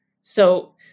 So-